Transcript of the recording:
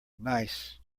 nice